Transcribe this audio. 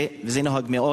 וזה נוהג מאוד